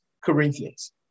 Corinthians